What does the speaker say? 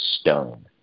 stone